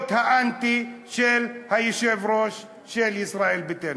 האנטי של היושב-ראש של ישראל ביתנו?